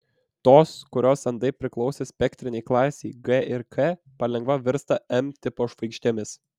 tos kurios andai priklausė spektrinei klasei g ir k palengva virsta m tipo žvaigždėmis